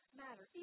matter